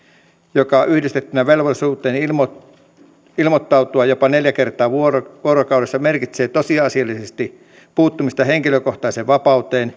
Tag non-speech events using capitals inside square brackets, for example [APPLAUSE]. joka yhdistettynä velvollisuuteen ilmoittautua ilmoittautua jopa neljä kertaa vuorokaudessa merkitsee tosiasiallisesti puuttumista henkilökohtaiseen vapauteen [UNINTELLIGIBLE]